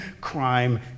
crime